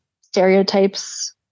stereotypes